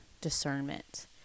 discernment